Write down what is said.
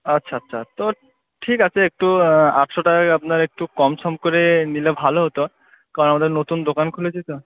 আচ্ছা আচ্ছা তো ঠিক আছে একটু আটশো টাকা আপনার একটু কম সম করে নিলে ভালো হতো কারণ আমাদের নতুন দোকান খুলেছি তো